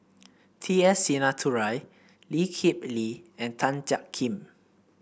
T S Sinnathuray Lee Kip Lee and Tan Jiak Kim